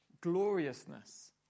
gloriousness